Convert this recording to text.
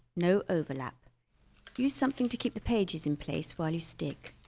no overlap use something to keep the pages in place while you stick